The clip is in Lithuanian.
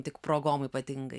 tik progom ypatingai